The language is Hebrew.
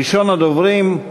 ראשון הדוברים,